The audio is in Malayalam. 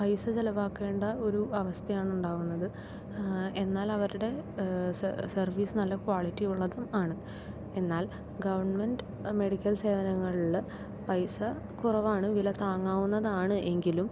പൈസ ചിലവാക്കേണ്ട ഒരു അവസ്ഥയാണ് ഉണ്ടാവുന്നത് എന്നാൽ അവരുടെ സർവീസ് നല്ല ക്വാളിറ്റി ഉള്ളതും ആണ് എന്നാൽ ഗവൺമെൻറ് മെഡിക്കൽ സേവനങ്ങളിൽ പൈസ കുറവാണ് വില താങ്ങാവുന്നതാണ് എങ്കിലും